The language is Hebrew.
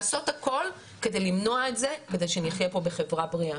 לעשות הכל כדי למנוע את זה כדי שנחייה פה בחברה בריאה.